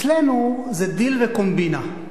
אצלנו זה דיל וקומבינה,